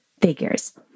figures